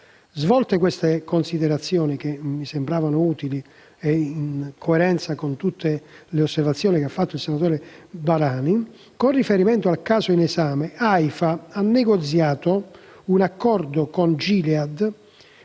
Svolte queste considerazioni - che mi sembravano utili e in coerenza con tutte le osservazioni che ha fatto il senatore Barani - con riferimento al caso in esame AlFA ha negoziato un accordo contrattuale